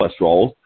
cholesterol